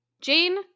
Jane